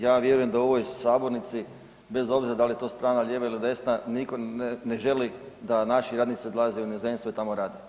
Ja vjerujem da u ovoj sabornici bez obzira da li je to strana lijeva ili desna niko ne želi da naši radnici odlaze u inozemstvo i tamo rade.